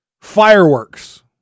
Fireworks